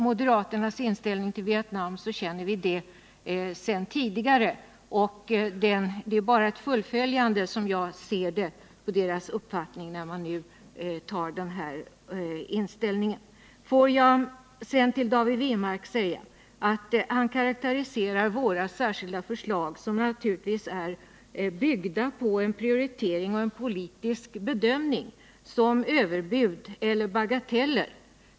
Moderaternas inställning till Vietnam är känd sedan tidigare och deras uppfattning nu är bara ett fullföljande av den tidigare linjen. David Wirmark karakteriserar våra särskilda förslag, vilka naturligtvis är byggda på en prioritering och politisk bedömning, som överbud eller bagateller.